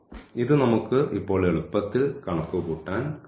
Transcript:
ഇത് നമുക്ക് ഇപ്പോൾ എളുപ്പത്തിൽ കണക്കുകൂട്ടാൻ കഴിയും